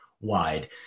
wide